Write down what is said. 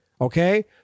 okay